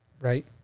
Right